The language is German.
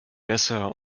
besser